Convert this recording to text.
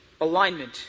Alignment